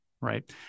right